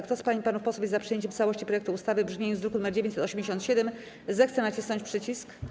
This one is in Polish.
Kto z pań i panów posłów jest za przyjęciem w całości projektu ustawy w brzmieniu z druku nr 987, zechce nacisnąć przycisk.